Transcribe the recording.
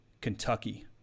Kentucky